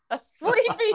sleepy